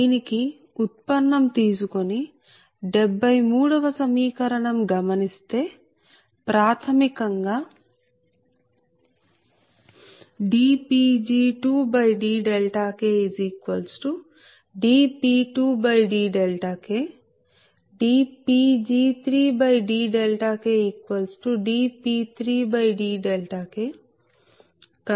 దీనికి ఉత్పన్నం తీసుకొని 73 వ సమీకరణం గమనిస్తే ప్రాథమికం గా dPg2dKdP2dK dPg3dKdP3dK